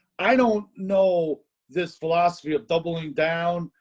i don't know this philosophy of doubling down.